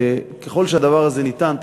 ככל שהדבר הזה אפשרי,